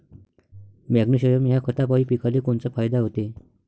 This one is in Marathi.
मॅग्नेशयम ह्या खतापायी पिकाले कोनचा फायदा होते?